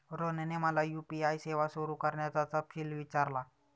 रोहनने मला यू.पी.आय सेवा सुरू करण्याचा तपशील विचारला